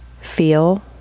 feel